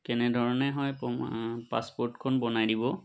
কেনেধৰণে হয় পাছপৰ্টখন বনাই দিব